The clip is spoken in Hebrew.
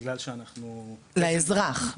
בגלל שאנחנו --- לאזרח,